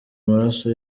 amaraso